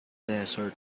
desert